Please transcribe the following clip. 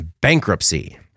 bankruptcy